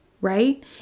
Right